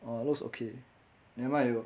oh looks okay never mind you